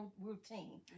routine